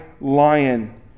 lion